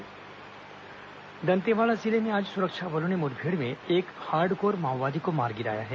माओवादी मुठभेड हत्या दंतेवाड़ा जिले में आज सुरक्षा बलों ने मुठभेड़ में एक हार्डकोर माओवादी को मार गिराया है